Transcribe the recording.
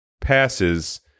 passes